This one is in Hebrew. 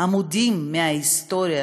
עמודים מההיסטוריה